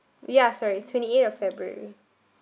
ya sorry twenty eighth of february